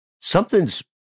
something's